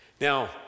Now